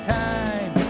time